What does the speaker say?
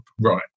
Right